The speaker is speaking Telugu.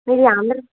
మీది ఆంధ్ర